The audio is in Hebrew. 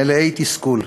מלאי תסכול.